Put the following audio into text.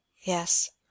Yes